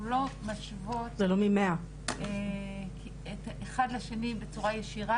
אנחנו לא משוות את האחד לשני בצורה ישירה